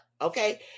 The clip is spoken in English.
Okay